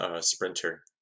sprinter